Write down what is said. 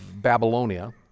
Babylonia